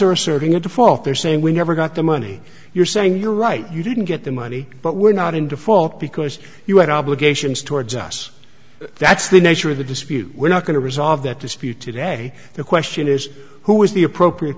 are asserting a default they're saying we never got the money you're saying you're right you didn't get the money but we're not in default because you had obligations towards us that's the nature of the dispute we're not going to resolve that dispute today the question is who was the appropriate